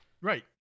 Right